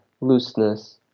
looseness